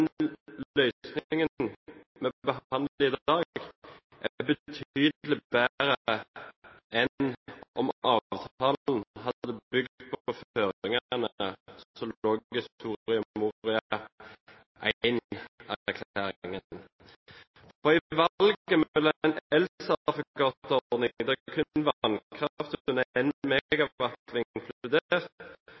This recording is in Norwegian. vi behandler i dag, er betydelig bedre enn om avtalen hadde bygd på føringene som lå i Soria Moria I-erklæringen. For